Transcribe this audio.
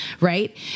right